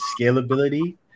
scalability